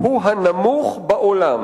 הוא הנמוך בעולם.